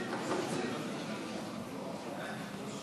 אדוני